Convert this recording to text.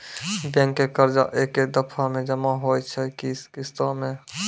Bank के कर्जा ऐकै दफ़ा मे जमा होय छै कि किस्तो मे?